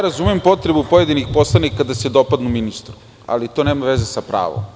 Razumem potrebu pojedinih poslanika da se dopadnu ministru, ali to nema veze sa pravom.